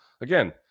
Again